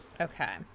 Okay